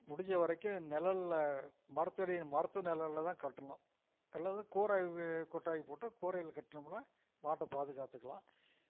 முடிஞ்ச வரைக்கும் நிழல்ல மரத்தடி மரத்து நிழல்லதான் கட்டணும் அல்லது கூரை இது கொட்டாய் போட்டு கூரையில் கட்டுனோம்னா மாட்டை பாதுகாத்துக்கலாம்